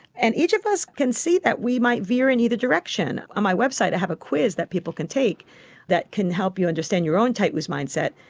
and each of us can see that we might veer in either direction. on my website i have a quiz that people can take that can help you understand your own tight loose mindset.